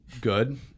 good